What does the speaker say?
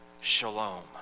shalom